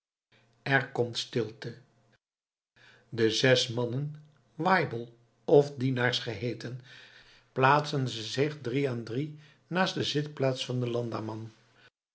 er komt stilte de zes mannen waibel of dienaars geheeten plaatsen ze zich drie aan drie naast de zitplaats van den landamman